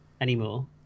anymore